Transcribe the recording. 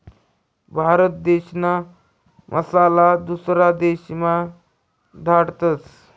भारत देशना मसाला दुसरा देशमा धाडतस